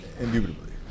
Indubitably